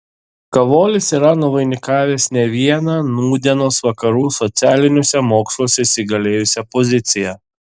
kavolis yra nuvainikavęs ne vieną nūdienos vakarų socialiniuose moksluose įsigalėjusią poziciją